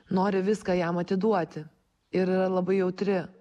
nori viską jam atiduoti ir yra labai jautri